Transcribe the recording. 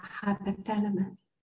hypothalamus